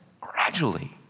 gradually